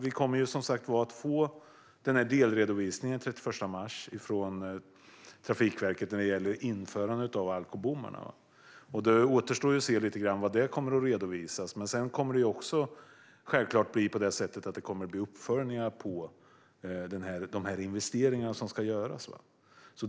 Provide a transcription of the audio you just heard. Vi kommer som sagt att den 31 mars få delredovisningen från Trafikverket gällande införandet av alkobommar. Det återstår att se vad som kommer att redovisas där. Men det kommer också självklart att bli uppföljningar av de investeringar som ska göras.